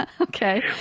Okay